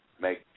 make